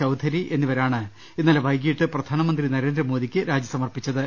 ചൌധ രി എന്നിവരാണ് ഇന്നലെ വൈകീട്ട് പ്രധാനമന്ത്രി നരേന്ദ്രമോദിക്ക് രാജി സമർപ്പിച്ചത്